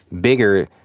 bigger